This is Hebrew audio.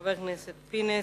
חבר הכנסת אופיר פינס,